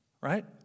right